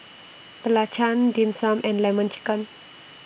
Belacan Dim Sum and Lemon Chicken